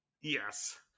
Yes